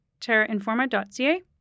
terrainforma.ca